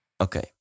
Okay